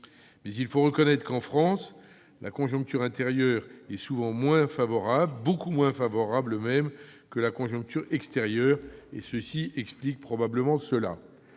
Mais il faut reconnaître qu'en France la conjoncture intérieure est souvent moins favorable, beaucoup moins favorable même, que la conjoncture extérieure : ceci explique probablement cela.